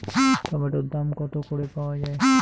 টমেটোর দাম কত করে পাওয়া যায়?